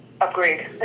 Upgrade